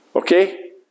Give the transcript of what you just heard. Okay